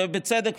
ובצדק,